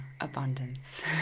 abundance